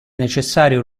necessario